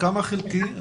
כמה חלקית?